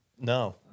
No